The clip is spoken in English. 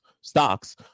stocks